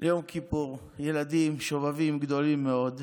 יום כיפור, ילדים שובבים גדולים מאוד,